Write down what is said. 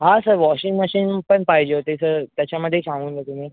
हां sir washing machine पण पाहिजे होती सर त्याच्यामध्ये सांगून द्या तुम्ही